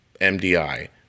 MDI